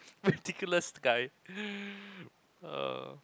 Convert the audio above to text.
ridiculous guy